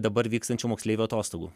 dabar vykstančių moksleivių atostogų